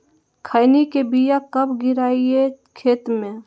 खैनी के बिया कब गिराइये खेत मे?